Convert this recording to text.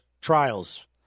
trials